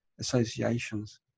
associations